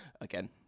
again